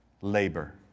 labor